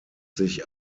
sich